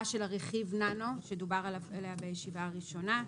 של רכיב ננו שדובר עליו בישיבה הראשונה.